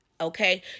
Okay